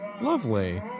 lovely